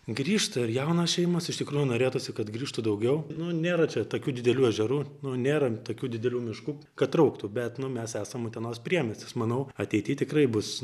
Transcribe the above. grįžta ir jaunos šeimos iš tikrųjų norėtųsi kad grįžtų daugiau nu nėra čia tokių didelių ežerų nu nėra tokių didelių miškų kad trauktų nu bet mes esam utenos priemiestis manau ateity tikrai bus